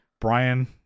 Brian